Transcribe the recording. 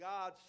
God